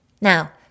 Now